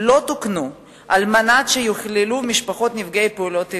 לא תוקנו על מנת שיכללו את משפחות נפגעי פעולות האיבה.